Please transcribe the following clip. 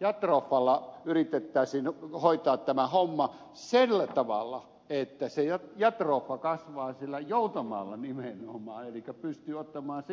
jatropha kasvilla yritettäisiin hoitaa tämä homma sillä tavalla että se jatropha kasvaa sillä joutomaalla nimenomaan elikkä pystyy ottamaan siitä ravinteensa